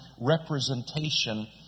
representation